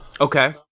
Okay